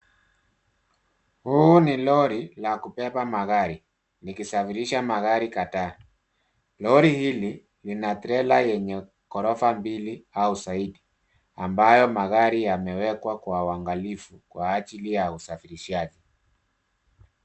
Huu ni lori la kubeba magari likisafirisha magari kadhaa. Lori hili lina trela yenye ghorofa mbili au zaidi ambayo magari yamewekwa kwa uangalifu kwa ajili ya usafirishaji.